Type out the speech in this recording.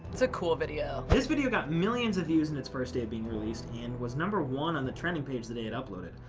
it's a cool video. this video got millions of views in its first day of being released and was number one on the trending page the day it uploaded.